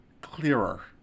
clearer